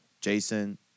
Jason